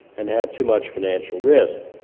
and have too much financial risk,